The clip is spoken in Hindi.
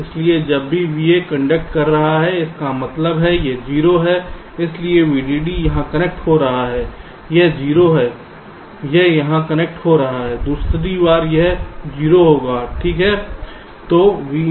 इसलिए जब भी VA कंडक्ट कर रहा है इसका मतलब है यह 0 है इसलिए VDD यहां कनेक्ट हो रहा है यह 0 है यह यहां कनेक्ट हो रहा है दूसरी बार यह 0 होगा ठीक है